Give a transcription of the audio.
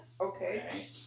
Okay